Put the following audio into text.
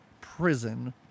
prison